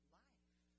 life